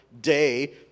day